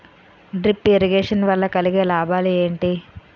Drip irrigation వల్ల కలిగే లాభాలు ఏంటి?